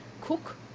cook